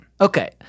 Okay